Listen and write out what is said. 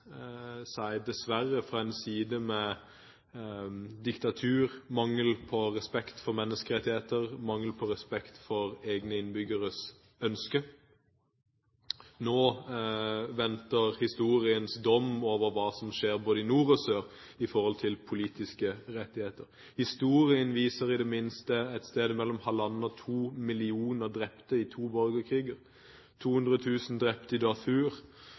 fra en side med diktatur, mangel på respekt for menneskerettigheter og mangel på respekt for egne innbyggeres ønske. Nå venter historiens dom over hva som skjer både i nord og i sør med hensyn til politiske rettigheter. Historien viser i det minste et sted mellom halvannen og to millioner drepte i to borgerkriger – 200 000 drepte i